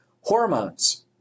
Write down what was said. hormones